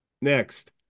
next